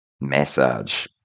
massage